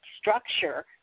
structure